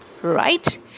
right